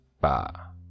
ba